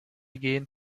gehen